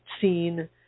seen